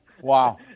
Wow